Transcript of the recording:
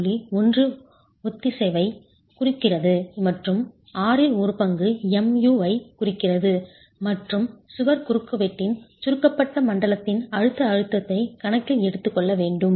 1 ஒத்திசைவைக் குறிக்கிறது மற்றும் ஆறில் ஒரு பங்கு mu ஐக் குறிக்கிறது மற்றும் சுவர் குறுக்குவெட்டின் சுருக்கப்பட்ட மண்டலத்தின் அழுத்த அழுத்தத்தை கணக்கில் எடுத்துக்கொள்ள வேண்டும்